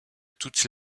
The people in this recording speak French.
toutes